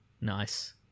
Nice